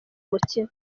mukino